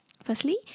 Firstly